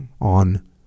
on